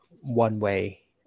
one-way